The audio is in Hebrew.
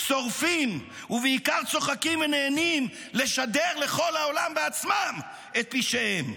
שורפים ובעיקר צוחקים ונהנים לשדר לכל העולם בעצמם את פשעיהם.